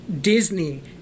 Disney